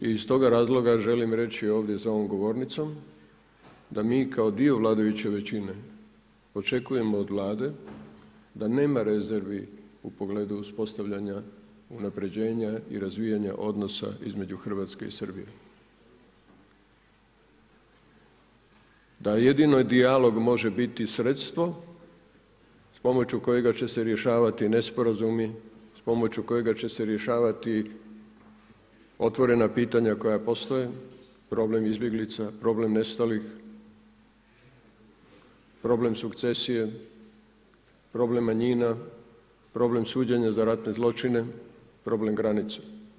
I iz toga razloga želim reći ovdje za ovom govornicom da mi kao dio vladajuće većine očekujemo od Vlade da nema rezervi u pogledu uspostavljanja unapređenja i razvijanja odnosa između Hrvatske i Srbije, da jedino dijalog može biti sredstvo uz pomoću kojega će se rješavati nesporazumi, uz pomoću kojega će se rješavati otvorena pitanja koja postoje, problem izbjeglica, problem nestalih, problem sukcesije, problem manjina, problem suđenja za ratne zločine, problem granice.